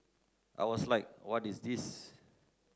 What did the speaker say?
I was like what is this